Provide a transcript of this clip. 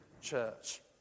church